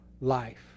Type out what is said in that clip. life